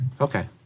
Okay